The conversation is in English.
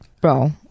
Bro